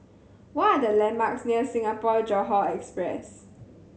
what are the landmarks near Singapore Johore Express